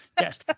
Yes